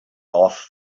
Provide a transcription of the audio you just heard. off